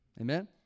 Amen